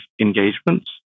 engagements